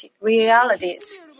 realities